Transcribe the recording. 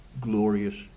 glorious